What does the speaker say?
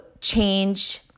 change